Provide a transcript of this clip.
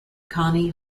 connie